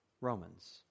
Romans